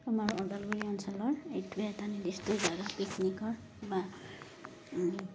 আমাৰ ওদালগুৰি অঞ্চলৰ এইটোৱে এটা নিৰ্দিষ্ট জেগা পিকনিকৰ বা